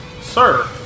sir